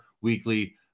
weekly